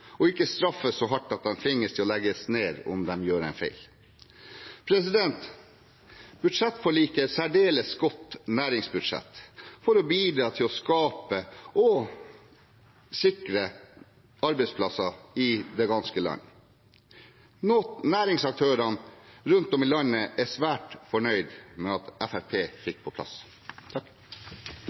og ikke straffes så hardt at de tvinges til å legge ned om de gjør en feil. Budsjettforliket er et særdeles godt næringsbudsjett for å bidra til å skape og sikre arbeidsplasser i det ganske land, noe næringsaktørene rundt om i landet er svært fornøyd med at Fremskrittspartiet fikk på plass.